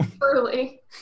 Early